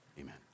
Amen